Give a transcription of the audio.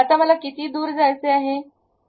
आता मला किती दूर जायचे आहे